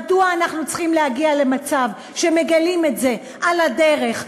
מדוע אנחנו צריכים להגיע למצב שמגלים את זה על הדרך,